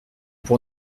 pour